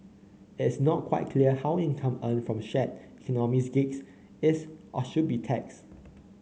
it is not quite clear how income earned from shared economy gigs is or should be taxed